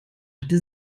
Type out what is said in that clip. hatte